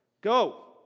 Go